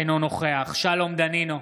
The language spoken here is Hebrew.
אינו נוכח שלום דנינו,